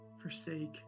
forsake